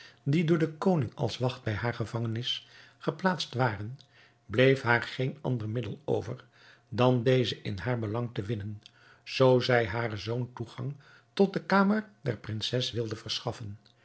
die door den koning als wacht bij hare gevangenis geplaatst waren bleef haar geen ander middel over dan deze in haar belang te winnen zoo zij haren zoon toegang tot de kamer der prinses wilde verschaffen